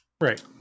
Right